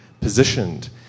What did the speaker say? positioned